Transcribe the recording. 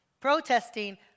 protesting